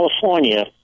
California